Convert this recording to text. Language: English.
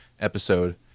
episode